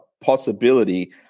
possibility